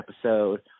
episode